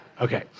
Okay